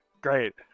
Great